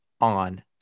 on